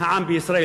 העם בישראל.